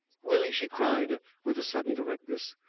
willie, she cried with a sudden directness,